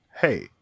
hey